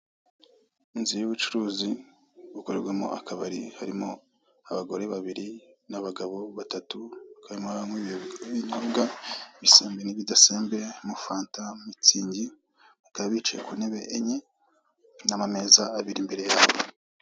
Inzu y'ubucuruzi bukorerwamo akabari, harimo abagore babiri n'abagabo batatu bakaba barimo baranywa ibinyobwa ibisembuye n'ibidasembuye, amafanta, mitsingi. Bakaba bicaye ku ntebe enye n'amameza abiri imbere yabo.